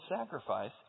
sacrifice